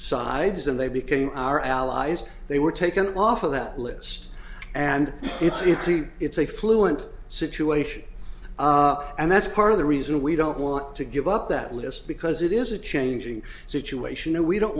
sides and they became our allies they were taken off of that list and it's it's it's a fluent situation and that's part of the reason we don't want to give up that list because it is a changing situation and we don't